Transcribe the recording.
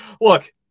look